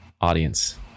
audience